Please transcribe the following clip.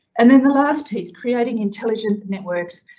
and then the last piece, creating intelligent networks.